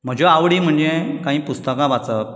म्हज्यो आवडी म्हणजे कांय पुस्तकां वाचप